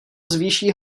zvýší